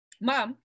mom